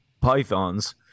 pythons